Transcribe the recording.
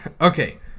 Okay